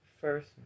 First